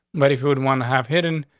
but if you would wanna have hidden,